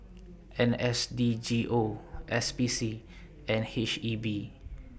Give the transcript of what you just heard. N S D G O S P C and H E B